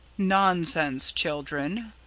nonsense, children!